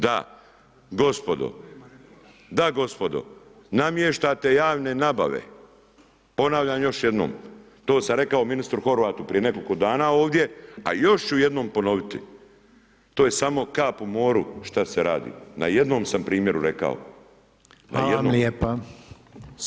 Da gospodo, da gospodo, namještate javne nabave, ponavljam još jednom, to sam rekao ministru Horvatu prije nekoliko dana ovdje a još ću jednom ponoviti, to je samo kap u moru šta se radi, na jednom sam primjeru rekao, na jednom.